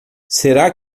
será